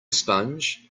sponge